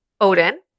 Odin